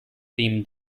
beam